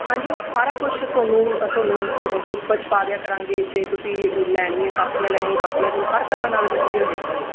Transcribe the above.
ਹਾਂਜੀ ਸਾਰਾ ਕੁਛ ਤੁਹਾਨੂੰ ਤੁਹਾਨੂੰ ਗਰੁ ਗਰੁੱਪ 'ਚ ਪਾ ਦਿਆਂ ਕਰਾਂਗੇ ਜੇ ਤੁਸੀਂ ਲੈਣੀ ਹੈ ਕਾਪੀਆਂ ਲੈਣੀਆਂ ਕਾਪੀਆਂ ਤੁਹਾਨੂੰ ਹਰ ਤਰ੍ਹਾਂ ਨਾਲ ਮਟੀਰੀਅਲ ਦੇਵਾਂਗੇ